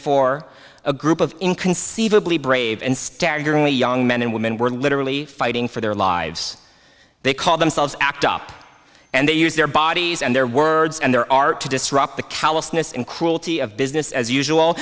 four a group of inconceivably brave and staggeringly young men and women were literally fighting for their lives they call themselves act up and they use their bodies and their words and their art to disrupt the callousness and cruelty of business as usual